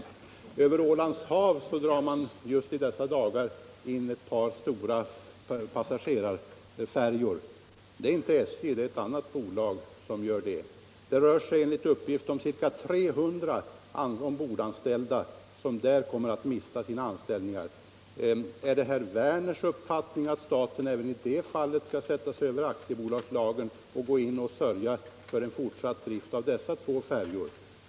När det gäller trafiken över Ålands hav drar man just i dessa dagar in ett par stora passagerarfärjor. Det är inte SJ utan ett annat bolag som gör det. Enligt uppgift rör det sig om ca 300 ombordanställda som där kommer att mista sina anställningar. Är det herr Werners i Malmö uppfattning att staten även i det fallet skall sätta sig över aktiebolagslagen och gå in och sörja för en fortsatt drift av dessa två färjor?